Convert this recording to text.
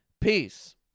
Peace